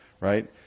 right